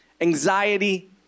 Anxiety